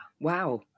Wow